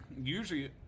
Usually